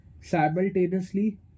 Simultaneously